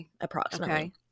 approximately